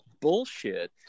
bullshit